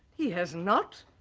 he has not.